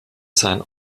sein